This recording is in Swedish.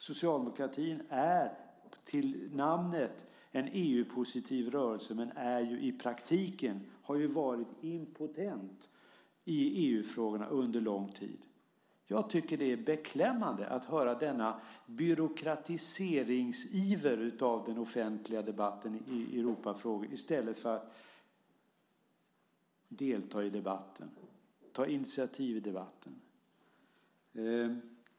Socialdemokratin är till namnet en EU-positiv rörelse, men i praktiken har man under lång tid varit impotent när det gäller EU-frågorna. Jag tycker att det är beklämmande att höra denna byråkratiseringsiver när det gäller den offentliga debatten i Europafrågor i stället för att man deltar i debatten, tar initiativ i debatten.